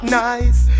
nice